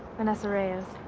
vanessa reyes.